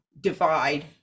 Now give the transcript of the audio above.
divide